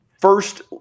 first